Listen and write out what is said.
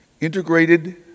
integrated